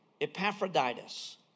Epaphroditus